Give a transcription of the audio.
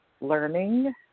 learning